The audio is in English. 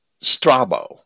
Strabo